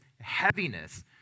heaviness